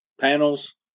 panels